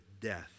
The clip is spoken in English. death